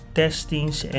testings